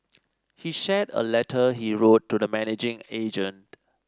he shared a letter he wrote to the managing agent